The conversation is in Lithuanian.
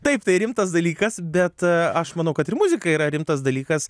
taip tai rimtas dalykas bet aš manau kad ir muzika yra rimtas dalykas